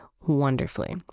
wonderfully